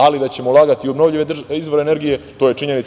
Ali da ćemo ulagati u obnovljive izvore energije, to je činjenica.